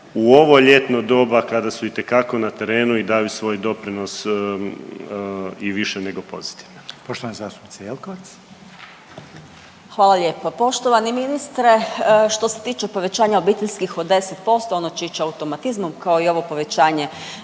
u ovo ljetno doba kada su itekako na terenu i daju svoj doprinos i više nego pozitivan. **Reiner, Željko (HDZ)** Poštovana zastupnica Jelkovac. **Jelkovac, Marija (HDZ)** Hvala lijepo. Poštovani ministre što se tiče povećanja obiteljskih od 10% ono će ići automatizmom kao i ovo povećanje